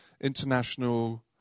international